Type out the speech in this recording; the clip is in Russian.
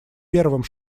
первым